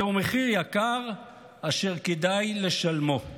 זהו מחיר יקר אשר כדאי לשלמו".